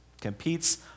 competes